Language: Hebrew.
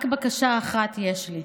רק בקשה אחת יש לי: